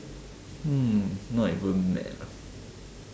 hmm not even mad ah